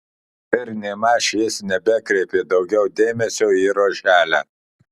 ir nėmaž jis nebekreipė daugiau dėmesio į roželę